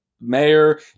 mayor